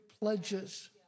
pledges